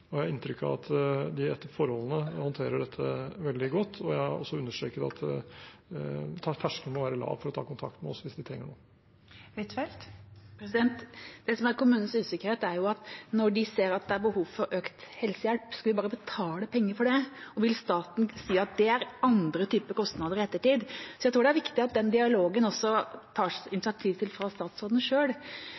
og jeg har inntrykk av at de etter forholdene håndterer dette veldig godt. Jeg har også understreket at terskelen må være lav for å ta kontakt med oss hvis de trenger noe. Det som gjør kommunen usikker, er når de ser at det er behov for økt helsehjelp: Skal vi bare betale penger for det, og vil staten si at det er andre type kostnader i ettertid? Så jeg tror det er viktig at den dialogen tas det også initiativ til fra statsråden